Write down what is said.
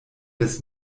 des